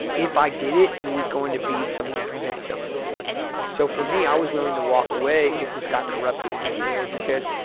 if i did it, it was going to be something that meant something to me so for me, i was willing to walk away if this got corrupted in any way because,